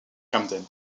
camden